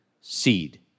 seed